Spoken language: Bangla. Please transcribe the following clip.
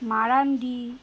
মারান্ডি